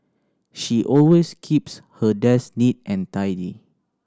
she always keeps her desk neat and tidy